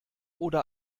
oder